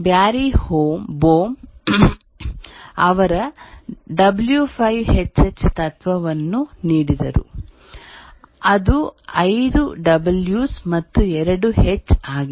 Beary Boehm ಅವರ W5HH ತತ್ವವನ್ನು ನೀಡಿದರು ಅದು 5 Ws ಮತ್ತು 2 H ಆಗಿದೆ